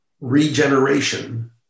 Regeneration